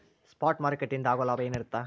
Spot ಮಾರುಕಟ್ಟೆಯಿಂದ ಆಗೋ ಲಾಭ ಏನಿರತ್ತ?